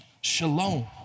shalom